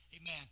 Amen